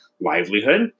livelihood